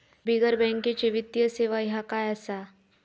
बिगर बँकेची वित्तीय सेवा ह्या काय असा?